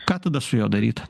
ką tada su juo daryt